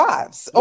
Wives